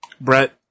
Brett